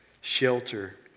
shelter